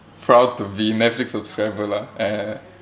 proud to be netflix subscriber lah eh